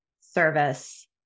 service